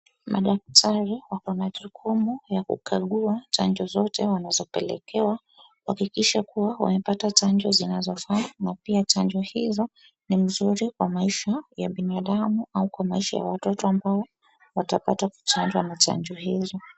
Madaktari wakona jukumu ya kukagua chanjo zote wanazopeelekewa kuhakikisha kuwa wamepata chanjo zinazofaa na pia chanjo hizo ni mzuri kwa maisha ya binadamu au kwa maisha ya watoto ambao watapata kuchanjwa na chanjo hizi